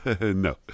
No